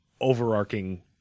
overarching